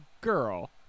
girl